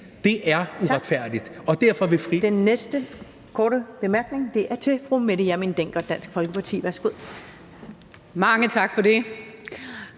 Det er uretfærdigt.